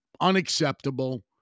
unacceptable